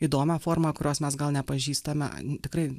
įdomią formą kurios mes gal nepažįstame tikrai